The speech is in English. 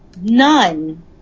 none